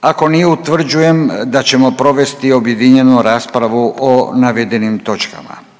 Ako nije, utvrđujem da ćemo provesti objedinjenu raspravu o navedenim točkama.